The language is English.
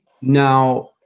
now